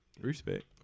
Respect